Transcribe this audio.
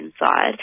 inside